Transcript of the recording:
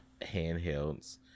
handhelds